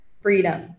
Freedom